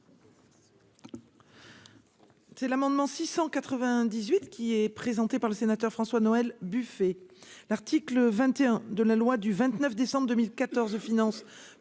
C'est l'amendement 698 qui est présenté par le sénateur François Noël Buffet l'article 21 de la loi du 29 décembre 2014 finances